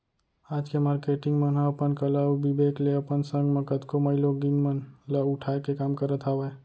आज के मारकेटिंग मन ह अपन कला अउ बिबेक ले अपन संग म कतको माईलोगिन मन ल उठाय के काम करत हावय